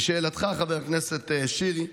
לשאלתך, חבר הכנסת שירי,